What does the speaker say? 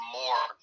more